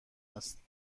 است